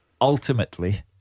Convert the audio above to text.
ultimately